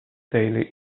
daily